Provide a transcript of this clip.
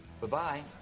Bye-bye